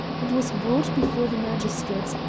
and was brought before the magistrates,